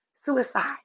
suicide